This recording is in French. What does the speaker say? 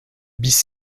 bis